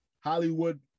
Hollywood